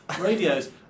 radios